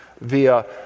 via